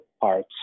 parts